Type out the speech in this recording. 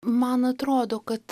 man atrodo kad